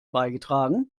beigetragen